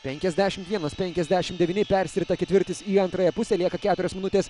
penkiasdešim vienas penkiasdešim devyni persirita ketvirtis į antrąją pusę lieka keturios minutės